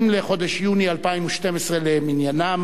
20 בחודש יוני 2012 למניינם,